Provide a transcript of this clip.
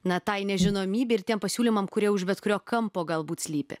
na tai nežinomybei ir tiem pasiūlymam kurie už bet kurio kampo galbūt slypi